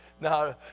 Now